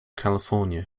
california